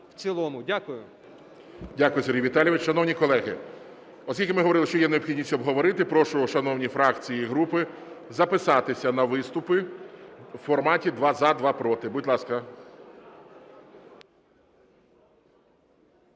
ГОЛОВУЮЧИЙ. Дякую, Сергій Віталійович. Шановні колеги, оскільки ми говорили, що є необхідність обговорити, прошу, шановні фракції і групи, записатися на виступи в форматі: два – за, два – проти. Будь ласка.